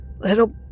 Little